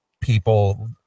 people